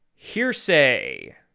hearsay